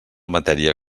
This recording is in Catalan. matèria